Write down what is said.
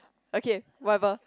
okay whatever